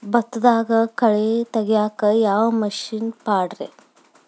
ಭತ್ತದಾಗ ಕಳೆ ತೆಗಿಯಾಕ ಯಾವ ಮಿಷನ್ ಪಾಡ್ರೇ?